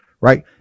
right